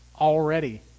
Already